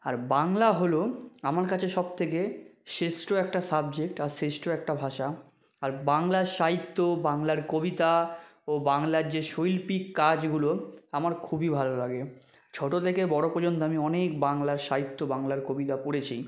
আর বাংলা হলো আমার কাছে সব থেকে শ্রেষ্ঠ একটা সাবজেক্ট আর শ্রেষ্ঠ একটা ভাষা আর বাংলার সাহিত্য বাংলার কবিতা ও বাংলার যে শৈল্পিক কাজগুলো আমার খুবই ভালো লাগে ছোটো থেকে বড়ো পর্যন্ত আমি অনেক বাংলা সাহিত্য বাংলার কবিতা পড়েছি